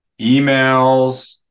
emails